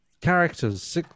characters